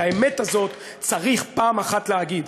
את האמת הזאת צריך פעם אחת להגיד.